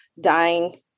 dying